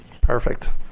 Perfect